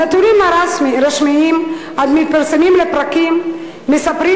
הנתונים הרשמיים המתפרסמים לפרקים מספרים